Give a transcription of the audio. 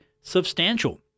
substantial